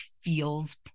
feels